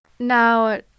Now